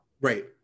Right